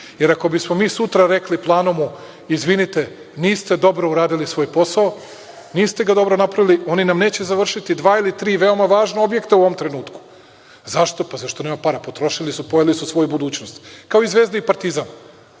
Jer, ako bismo mi sutra rekli „Planumu“ – izvinite, niste dobro uradili svoj posao, niste ga dobro napravili, oni nam neće završiti dva ili tri veoma važna objekta u ovom trenutku. Zašto? Pa, zato što nema para. Potrošili su, pojeli su svoju budućnost, kao i Zvezda i Partizan. Pitajte